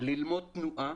"ללמוד תנועה".